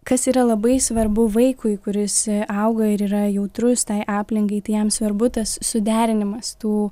kas yra labai svarbu vaikui kuris auga ir yra jautrus tai aplinkai tai jam svarbu tas suderinimas tų